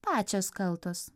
pačios kaltos